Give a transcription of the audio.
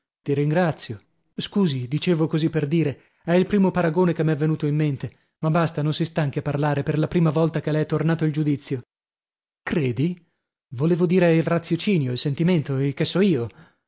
ti ringrazio scusi dicevo così per dire è il primo paragone che m'è venuto in mente ma basta non si stanchi a parlare per la prima volta che le è tornato il giudizio credi volevo dire il raziocinio il sentimento il che so io